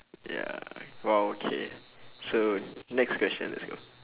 ya !wow! okay so next question let's go